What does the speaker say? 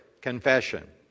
confession